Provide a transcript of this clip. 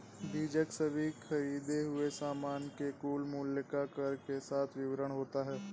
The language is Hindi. बीजक सभी खरीदें हुए सामान के कुल मूल्य का कर के साथ विवरण होता है